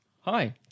Hi